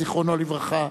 זיכרונו לברכה,